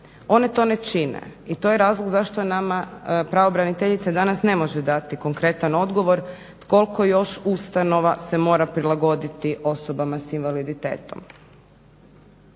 one to ne čine i to je razlog zašto nama pravobraniteljica danas ne može dati konkretan odgovor koliko još ustanova se mora prilagoditi osobama s invaliditetom.